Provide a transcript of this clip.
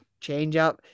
changeup